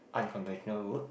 unconventional route